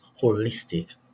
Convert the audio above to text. holistic